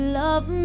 love